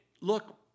look